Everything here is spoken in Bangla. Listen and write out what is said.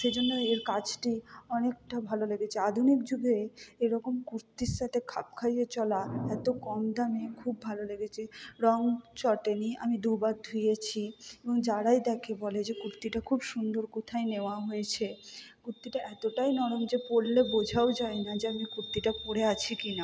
সেই জন্য এর কাজটি অনেকটা ভালো লেগেছে আধুনিক যুগে এইরকম কুর্তির সাথে খাপ খাইয়ে চলা এত কম দামে খুব ভালো লেগেছে রঙ চটেনি আমি দুবার ধুয়েছি এবং যারাই দেখে বলে যে কুর্তিটা খুব সুন্দর কোথায় নেওয়া হয়েছে কুর্তিটা এতটাই নরম যে পরলে বোঝাও যায় না যে আমি কুর্তিটা পরে আছি কি না